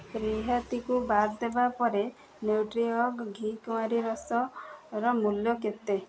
ରିହାତି କୁ ବାଦ୍ ଦେବା ପରେ ନ୍ୟୁଟ୍ରିଅର୍ଗ ଘି କୁଆଁରୀ ରସ ର ମୂଲ୍ୟ କେତେ